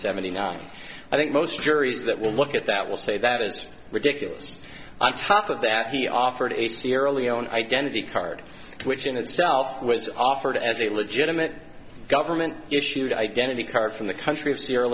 seventy nine i think most juries that will look at that will say that is ridiculous on top of that he offered a sierra leone identity card which in itself was offered as a legitimate government issued identity card from the country of sierra